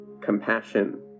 compassion